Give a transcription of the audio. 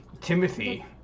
Timothy